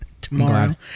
Tomorrow